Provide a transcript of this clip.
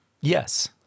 Yes